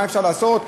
מה אפשר לעשות,